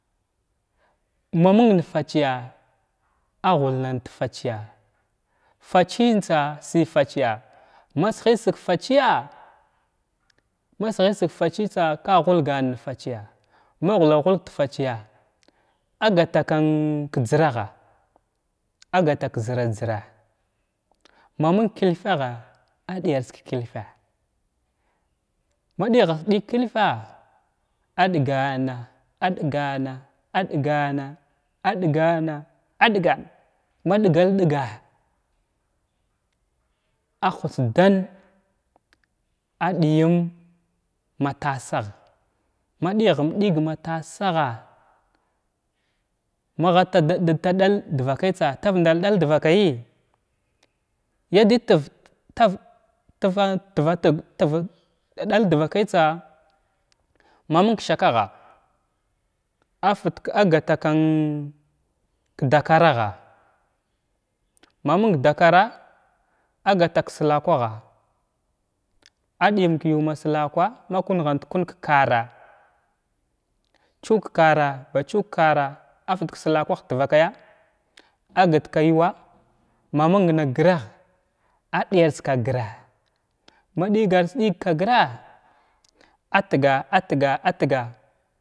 Ma məng fatsay a ghlnan ta fatsay fatsən tsa si fatsay ma sihə sig fatsa’a ma sihə sig fatsaya ka ghulgan ka fatsaya ma ghulal ghulg ta fatsaya agata kən ka jəraha a gata ka səra jərah ma məng kəlfaha adəyars ka kəlfa ma ɗəghasdəg ka kəlfa adgana adgana aɗgana aɗgana aɗgana ma ɗgal ɗga’a a hutsuv ɗan a ɗiyəm ma tasagha ma ɗighum dəg ma tasagha magha taɗal da taɗal dvakaytsa tavndar ɗal gvakayə yada tir tav taran tirvaləg tirum ɗal davakaytsa ma məng shakaha a fət agaltakwan ka dakaragha ma məng dakara agata ka slakwgha a ɗiyəm kəyu ma slakwa kun hant kung ka kara’a tsud kara ba tsud kara afət ka slakira ha ta vakaya agət kay yuwa ma məng na grah a ɗiyars ka gra ma ɗigras dəg ka gra alga atga atgan.